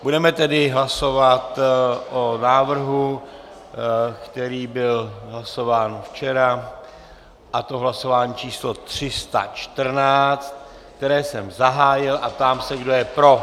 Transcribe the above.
Budeme tedy hlasovat o návrhu, který byl hlasován včera, a to v hlasování číslo 314, které jsem zahájil, a ptám se, kdo je pro.